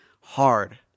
hard